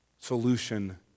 solution